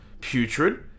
putrid